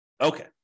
Okay